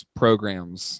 programs